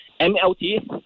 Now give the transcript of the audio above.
MLT